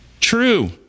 true